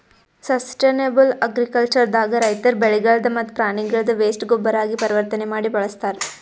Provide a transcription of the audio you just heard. sustainable agriculture ದಾಗ ರೈತರ್ ಬೆಳಿಗಳ್ದ್ ಮತ್ತ್ ಪ್ರಾಣಿಗಳ್ದ್ ವೇಸ್ಟ್ ಗೊಬ್ಬರಾಗಿ ಪರಿವರ್ತನೆ ಮಾಡಿ ಬಳಸ್ತಾರ್